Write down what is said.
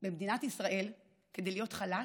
במדינת ישראל, כדי להיות חלש,